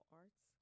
arts